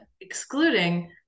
excluding